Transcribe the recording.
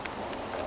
same